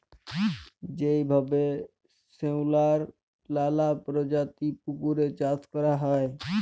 যেভাবে শেঁওলার লালা পরজাতির পুকুরে চাষ ক্যরা হ্যয়